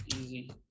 easy